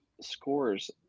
scores